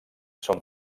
són